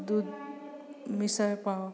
दूद् मिसर् पाव्